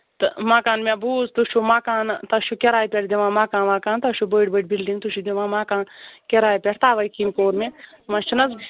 تہٕ مَکان مےٚ بوٗز تُہۍ چھُو مَکانہٕ تۄہہِ چھُو کِراے پٮ۪ٹھ دِوان مَکان وَکان تۄہہِ چھُو بٔڑۍ بٔڑۍ بِلڈِنٛگ تُہۍ چھِو دِوان مَکان کِراے پٮ۪ٹھ تَوَے کِنۍ کوٚر مےٚ وۅنۍ چھُنہٕ حظ